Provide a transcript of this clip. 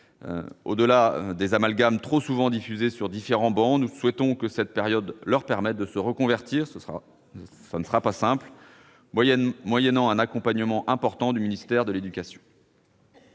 Au-delà des amalgames trop souvent diffusés sur différents bancs, nous souhaitons que cette période leur permette de se reconvertir- ce qui ne sera pas simple -moyennant un accompagnement du ministère de l'éducation.